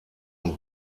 und